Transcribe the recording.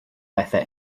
bethau